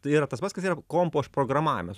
tai yra tas pats kas yra kompo užprogramavimas